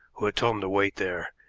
who had told him to wait there,